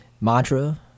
Mantra